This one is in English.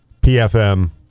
PFM